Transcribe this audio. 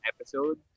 episode